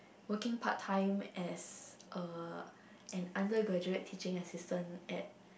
working part time as a an undergraduate teaching assistant at